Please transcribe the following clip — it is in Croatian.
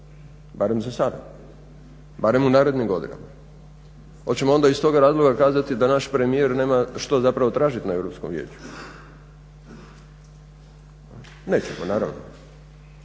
barem za sada, barem u narednim godinama. Hoćemo onda iz toga razloga kazati da naš premijer nema što zapravo tražiti na Europskom vijeću. Nećemo naravno,